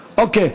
אוקיי.